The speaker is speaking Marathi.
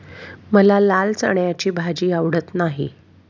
मला लाल चण्याची भाजी आवडत नाही